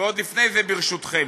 ועוד לפני זה, ברשותכם,